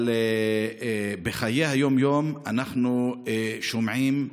אבל בחיי היום-יום אנחנו שומעים,